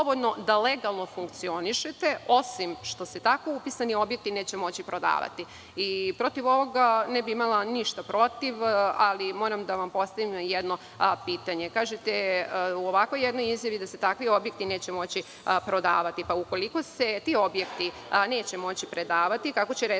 da legalno funkcionišete, osim što se tako upisani objekti neće moći prodavati. Protiv ovoga ne bih imala ništa protiv, ali moram da vam postavim jedno pitanje. Kažete u ovakvoj jednoj izjavi da se takvi objekti neće moći prodavati. Ukoliko se ti objekti neće moći prodavati, kako će onda